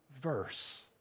verse